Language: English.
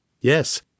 Yes